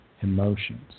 emotions